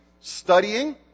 studying